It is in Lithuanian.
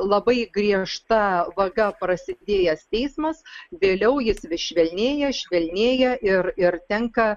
labai griežta vaga prasidėjęs teismas vėliau jis vis švelnėja švelnėja ir ir tenka